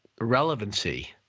relevancy